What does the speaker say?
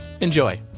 Enjoy